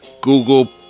Google